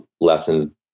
lessons